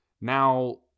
Now